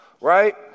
right